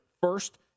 first